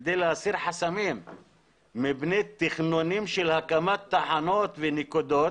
כיד להסיר חסמים מפני תכנונים של הקמת תחנות ונקודות